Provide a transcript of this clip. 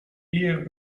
eer